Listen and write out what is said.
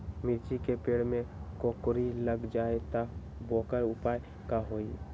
मिर्ची के पेड़ में कोकरी लग जाये त वोकर उपाय का होई?